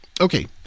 Okay